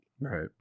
Right